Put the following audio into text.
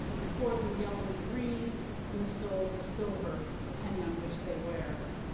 the cords are yellow and green and the stoles are silver depending on which they wear.